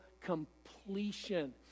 completion